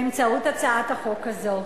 באמצעות הצעת החוק הזאת,